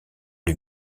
lui